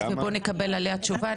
ובוא נקבל עליה תשובה,